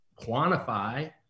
quantify